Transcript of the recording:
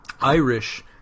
Irish